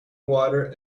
water